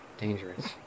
Dangerous